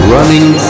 Running